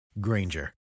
Granger